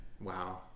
Wow